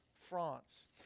France